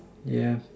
yeah